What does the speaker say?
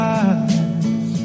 eyes